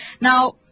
Now